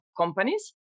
companies